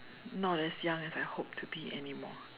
not as young as I hope to be anymore